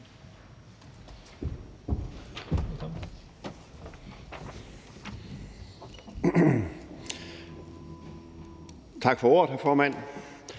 Tak for ordet, hr. formand.